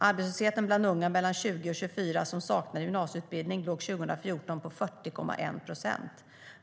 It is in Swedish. Arbetslösheten bland unga mellan 20 och 24 år som saknade gymnasieutbildning låg 2014 på 40,1 procent.